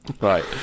right